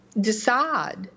decide